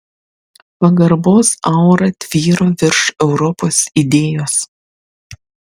pagarbos aura tvyro virš europos idėjos